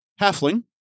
halfling